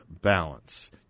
balance